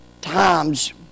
times